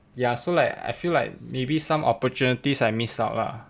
ya so like I feel like maybe some opportunities I miss out ah